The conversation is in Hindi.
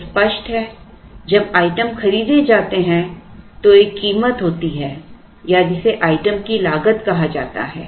तो स्पष्ट है जब आइटम खरीदे जाते हैं तो एक कीमत होती है या जिसे आइटम की लागत कहा जाता है